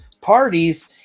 parties